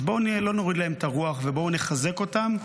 אז בואו לא נוריד להם את הרוח ובואו נחזק אותם.